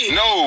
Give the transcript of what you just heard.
no